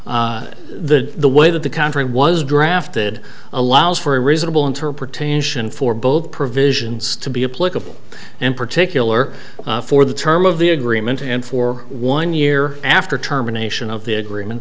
state the way that the country was drafted allows for a reasonable interpretation for both provisions to be a political and particular for the term of the agreement and for one year after terminations of the agreement